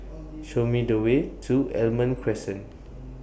Show Me The Way to Almond Crescent